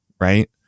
Right